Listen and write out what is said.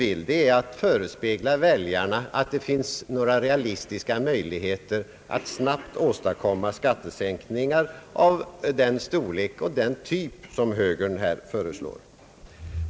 Vad vi inte vill förespegla väljarna är att det skulle finnas några realistiska möjligheter att snabbt åstadkomma skattesänkningar av den storlek och typ som högern nu föreslår.